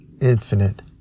infinite